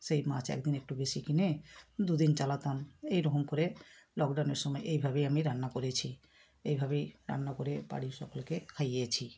সেই মাছ এক দিন একটু বেশি কিনে দু দিন চালাতাম এই রকম করে লকডাউনের সময় এইভাবেই আমি রান্না করেছি এইভাবেই রান্না করে বাড়ির সকলকে খাইয়েছি